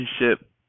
relationship